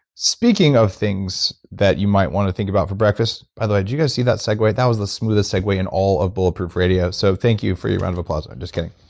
speaking of things that you might want to think about for breakfast by the way, did you guys see that segway? that was the smoothest segway in all of bulletproof radio. so, thank you for your round of applause. i'm just kidding.